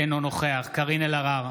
אינו נוכח קארין אלהרר,